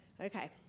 Okay